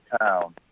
town